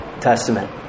Testament